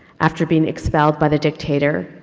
after being expelled by the dictator,